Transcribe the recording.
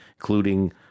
including